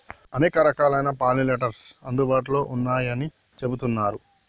అనేక రకాలైన పాలినేటర్స్ అందుబాటులో ఉన్నయ్యని చెబుతున్నరు